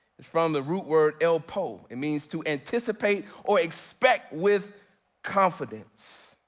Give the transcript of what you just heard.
it's from the root word, elpo. it means to anticipate or expect with confidence.